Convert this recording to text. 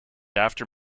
after